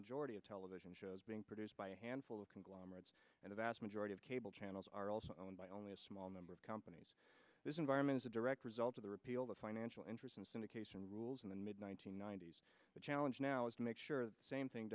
majority of television shows being produced by a handful of conglomerates and a vast majority of cable channels are also owned by only a small number of companies this environment is a direct result of the repeal the financial interest and syndication rules in the mid one nine hundred ninety s the challenge now is to make sure the same thing